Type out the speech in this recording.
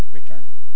returning